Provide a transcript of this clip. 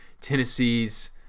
Tennessee's